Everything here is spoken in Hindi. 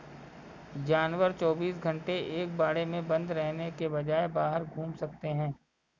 जानवर चौबीस घंटे एक बाड़े में बंद रहने के बजाय बाहर घूम सकते है